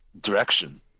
direction